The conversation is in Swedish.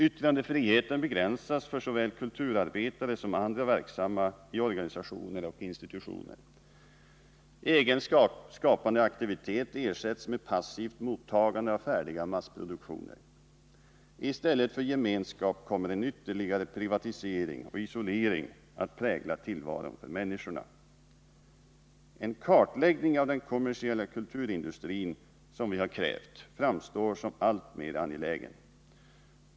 Yttrandefriheten begränsas för såväl kulturarbetare som andra verksamma i organisationer och institutioner. Egen skapande aktivitet ersätts med passivt mottagande av färdiga massproduktioner. I stället för gemenskap kommer en ytterligare privatisering och isolering att prägla tillvaron för människorna. En kartläggning av den kommersiella kulturindustrin, som vi har krävt, framstår som alltmer angelägen.